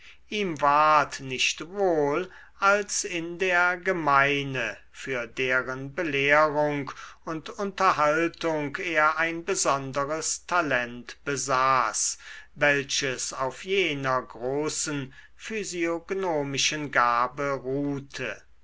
ihm ward nicht wohl als in der gemeine für deren belehrung und unterhaltung er ein besonderes talent besaß welches auf jener großen physiognomischen gabe ruhte